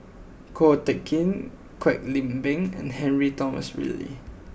Ko Teck Kin Kwek Leng Beng and Henry Nicholas Ridley